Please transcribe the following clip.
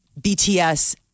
BTS